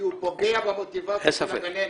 כי הוא פוגע במוטיבציה של הגננת.